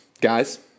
guys